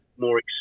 more